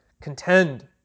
contend